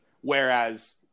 Whereas